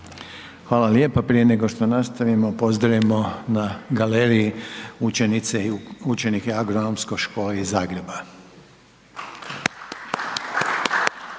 Hvala lijepa. Prije nego što nastavimo, pozdravimo na galeriji učenice i učenike Agronomske škole iz Zagreba